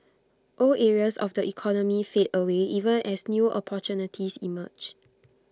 old areas of the economy fade away even as new opportunities emerge